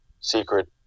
secret